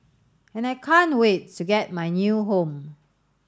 and I can't wait to get my new home